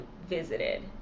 visited